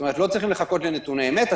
כלומר, לא צריך לחכות לנתוני אמת.